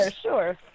sure